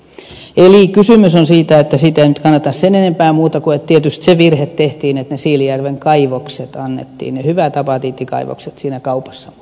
eli kysymys on siitä että siitä ei nyt kannata sen enempää muuta sanoa kuin että tietysti se virhe tehtiin että ne siilinjärven kaivokset annettiin ne hyvät apatiittikaivokset siinä kaupassa mukana